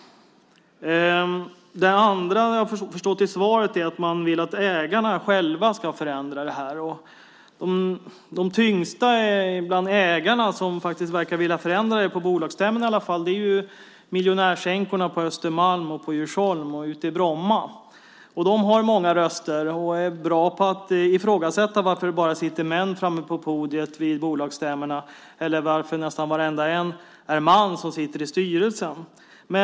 Det andra jag har förstått av svaret är att man vill att ägarna själva ska förändra det här. De tyngsta bland de ägare som faktiskt verkar vilja förändra detta - på bolagsstämmorna i alla fall - är miljonärsänkorna på Östermalm, på Djursholm och ute i Bromma. De har många röster och är bra på att ifrågasätta varför det bara sitter män framme på podiet vid bolagsstämmorna och varför nästan varenda en som sitter i styrelsen är man.